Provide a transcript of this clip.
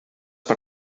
per